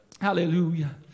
Hallelujah